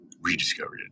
rediscovered